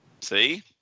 See